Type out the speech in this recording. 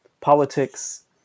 politics